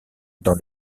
dans